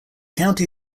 county